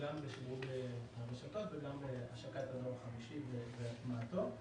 גם לחיבור הרשתות וגם להשקת הדור החמישי והטמעתו.